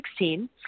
2016